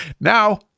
Now